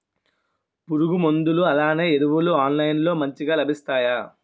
పురుగు మందులు అలానే ఎరువులు ఆన్లైన్ లో మంచిగా లభిస్తాయ?